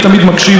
אדוני היושב-ראש,